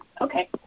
Okay